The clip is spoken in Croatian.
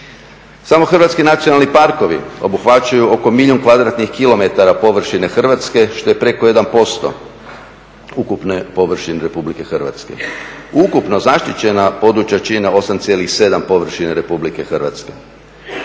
Samo hrvatski nacionalni parkovi obuhvaćaju oko milijun kvadratnih kilometara površine Hrvatske što je preko 1% ukupne površine RH. Ukupno zaštićena područja čine 8,7 površine RH.